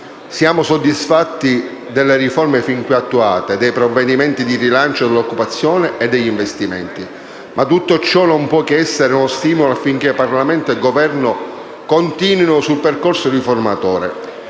Siamo soddisfatti delle riforme fin qui attuate, dei provvedimenti di rilancio dell'occupazione e degli investimenti. Ma tutto ciò non può che essere uno stimolo affinché Parlamento e Governo continuino sul percorso riformatore.